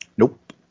Nope